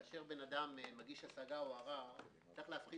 כאשר אדם מגיש השגה או ערר צריך להחליט